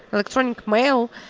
electronic mail,